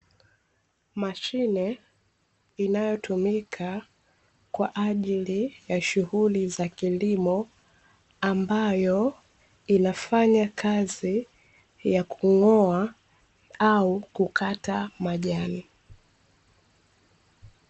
Mashine inayotumika kwaajili ya shughuli za kilimo, ambayo inafanya kazi ya kung'oa au kukata majani.